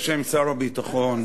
בשם שר הביטחון,